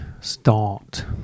start